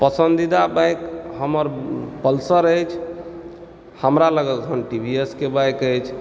पसन्दीदा बाइक हमर पल्सर अछि हमरा लग अखन टी वी एस के बाइक अछि